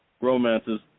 romances